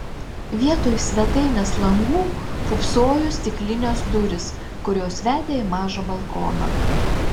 vietoj svetainės langų pūpsojo stiklinės durys kurios vedė į mažą balkoną